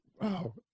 Wow